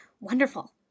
wonderful